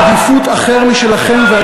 עדיפות שונה משלכם, זאת האמת.